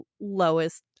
lowest